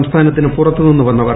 സംസ്ഥാനത്തിന് പുറത്തുനിന്ന് വന്നവർ